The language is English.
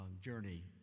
journey